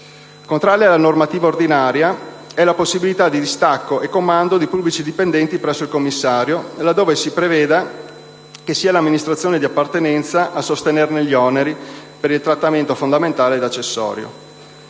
Contraria alla normativa ordinaria è la possibilità di distacco e comando di pubblici dipendenti presso il Commissario, laddove si prevede che sia l'amministrazione di appartenenza a sostenere gli oneri per il trattamento fondamentale ed accessorio.